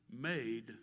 made